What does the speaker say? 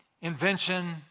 invention